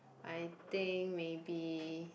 I think maybe